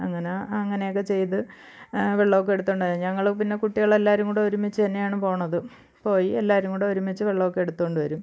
അങ്ങനെ അങ്ങനെ ഒക്കെ ചെയ്ത് വെള്ളം ഒക്കെ എടുത്തുകൊണ്ട് വരും ഞങ്ങൾ പിന്നെ കുട്ടികൾ എല്ലാവരും കൂടെ ഒരുമിച്ച് തന്നെയാണ് പോവുന്നത് പോയി എല്ലാവരും കൂട ഒരുമിച്ച് വെള്ളം ഒക്കെ എടുത്തുകൊണ്ട് വരും